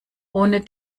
ohne